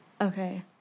okay